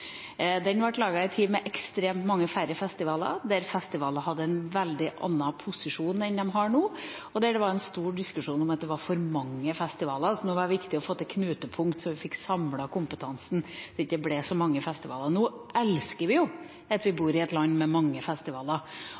posisjon enn de har nå, og da det var en stor diskusjon om at det var for mange festivaler, og da var det viktig å få til knutepunkt, sånn at vi fikk samlet kompetansen, sånn at det ikke ble så mange festivaler. Nå elsker vi jo at vi bor i et land med mange festivaler,